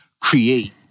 create